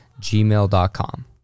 gmail.com